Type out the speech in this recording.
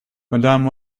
madame